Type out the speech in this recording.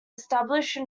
established